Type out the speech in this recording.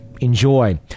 Enjoy